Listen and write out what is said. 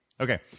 Okay